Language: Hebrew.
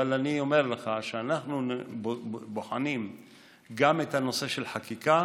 אבל אני אומר לך שאנחנו בוחנים גם את הנושא של חקיקה